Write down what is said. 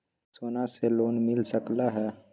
सोना से लोन मिल सकलई ह?